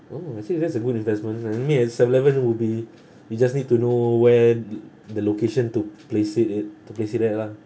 oh I see that's a good investments then I mean at seven eleven would be we just need to know where t~ the location to place it in to place it there lah